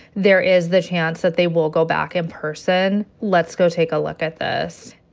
there is the chance that they will go back in person. let's go take a look at this.